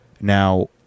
Now